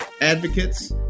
advocates